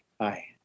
Hi